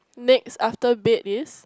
next after bed is